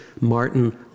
Martin